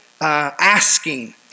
asking